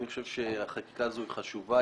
אני חושב שהחקיקה הזו היא חשובה,